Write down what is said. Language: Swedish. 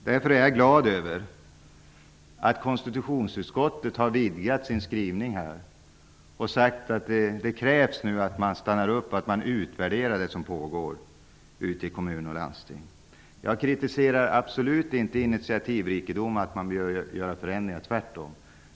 Därför är jag glad över att konstitutionsutskottet har vidgat sin skrivning här och sagt att det nu krävs att man stannar upp och utvärderar det som pågår i kommuner och landsting. Jag kritiserar absolut inte initiativrikedom och att det behöver göras förändringar, tvärtom.